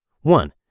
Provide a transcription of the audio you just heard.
One